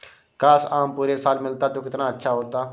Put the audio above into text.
काश, आम पूरे साल मिलता तो कितना अच्छा होता